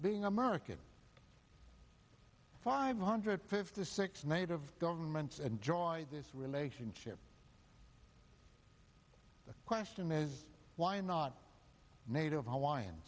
being american five hundred fifty six native governments enjoy this relationship the question is why not native hawaiian